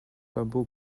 bamboo